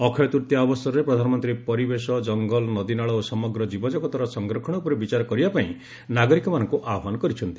ଅକ୍ଷୟ ତୂତୀୟା ଅବସରରେ ପ୍ରଧାନମନ୍ତ୍ରୀ ପରିବେଶ ଜଙ୍ଗଲ ନଦୀନାଳ ଓ ସମଗ୍ର ଜୀବଜଗତର ସଂରକ୍ଷଣ ଉପରେ ବିଚାର କରିବାପାଇଁ ନାଗରିକମାନଙ୍କୁ ଆହ୍ୱାନ କରିଛନ୍ତି